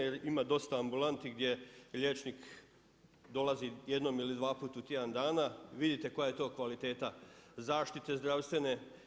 Jer ima dosta ambulanti gdje liječnik dolazi jednom ili dvaput u tjedan dana, vidite koja je to kvaliteta zaštite zdravstvene.